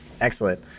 Excellent